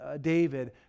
David